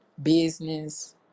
business